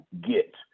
get